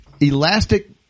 elastic